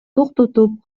токтотуп